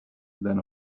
than